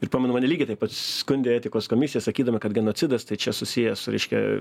ir pamenu mane lygiai taip pat skundė etikos komisijai sakydami kad genocidas tai čia susiję su reiškia